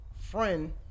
friend